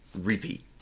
repeat